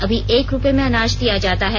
अभी एक रुपये में अनाज दिया जाता है